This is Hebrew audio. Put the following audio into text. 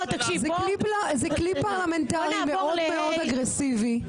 זה כלי פרלמנטרי מאוד אגרסיבי.